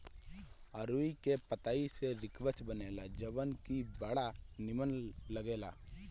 अरुई के पतई से रिकवच बनेला जवन की बड़ा निमन लागेला